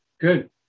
Good